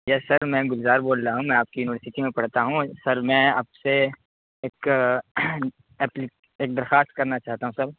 یس sir میں گجرال بول رہا ہوں میں آپ کی یونیورسٹی میں پڑھتا ہوں سر میں آپ سے ایک اپلی ایک درخواست کرنا چاہتا ہوں سر